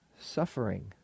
suffering